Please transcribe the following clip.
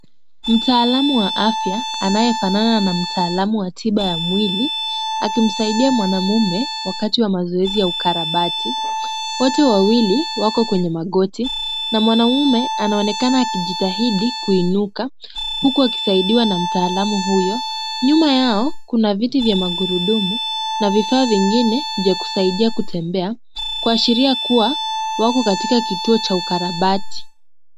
Mtaalamu wa afya anayefanana na mtaalamu wa tiba ya mwili akimsaidia mwanamume wakati wa mazoezi ya ukarabati. Wote wawili wako kwenye magoti na mwanamume anaonekana akijitahidi kuinuka huku akisaidiwa na mtaalamu huyo. Nyuma yao kuna viti vya magurudumu na vifaa vingine vya kusaidia kutembea, kuashiria kuwa wako katika kituo cha ukarabati.